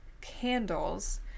candles